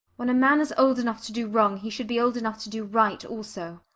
when a man is old enough to do wrong he should be old enough to do right also.